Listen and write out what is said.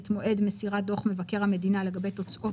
את מועד מסירת דוח מבקר המדינה לגבי תוצאות